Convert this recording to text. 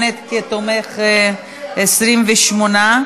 נצביע כעת על הצעת